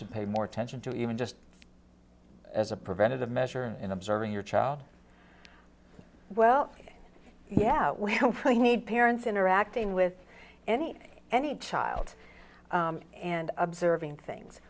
should pay more attention to even just as a preventative measure in observing your child well yeah we need parents interacting with anything any child and observing things